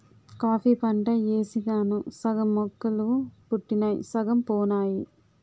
coffee పంట యేసినాను సగం మొక్కలు పుట్టినయ్ సగం పోనాయి